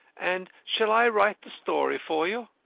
and shall i write the story for you?